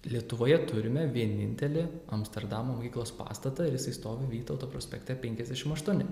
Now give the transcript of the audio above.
lietuvoje turime vienintelį amsterdamo mokyklos pastatą ir jisai stovi vytauto prospekte penkiasdešim aštuoni